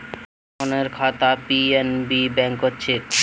सोहनेर खाता पी.एन.बी बैंकत छेक